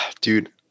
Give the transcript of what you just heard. dude